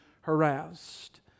harassed